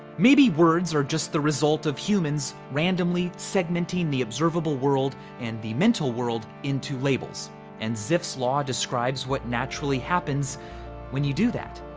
maybe words are just the result of humans randomly segmenting the observable world and the mental world into labels and zipf's law describes what naturally happens when you do that.